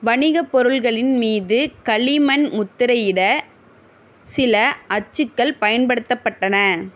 வணிகப் பொருட்களின் மீது களிமண் முத்திரையிட சில அச்சுக்கள் பயன்படுத்தப்பட்டன